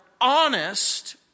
honest